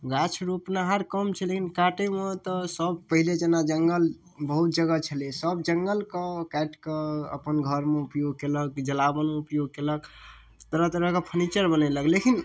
गाछ रोपनिहार कम छै लेकिन काटैमे तऽ सब पहिले जेना जङ्गल बहुत जगह छलै सब जङ्गलके काटि कऽ अपन घरमे उपयोग केलक जलावन उपयोग केलक तरह तरहके फर्नीचर बनेलक लेकिन